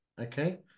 okay